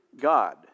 God